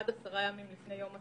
עד עשרה ימים לפני יום התחילה,